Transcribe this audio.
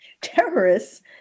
Terrorists